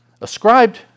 ascribed